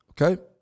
okay